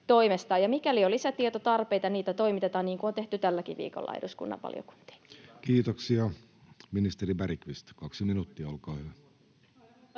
Ja mikäli on lisätietotarpeita, niitä toimitetaan, niin kuin on tehty tälläkin viikolla, eduskunnan valiokuntiin. Kiitoksia. — Ministeri Bergqvist, kaksi minuuttia, olkaa hyvä.